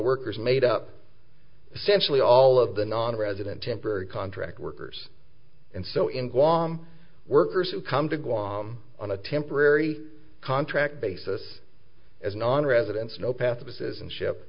workers made up essentially all of the nonresident temporary contract workers and so in guam workers who come to guam on a temporary contract basis as nonresidents no path to citizenship